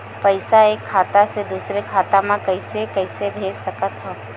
पईसा एक खाता से दुसर खाता मा कइसे कैसे भेज सकथव?